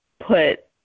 put